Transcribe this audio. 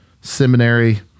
seminary